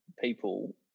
people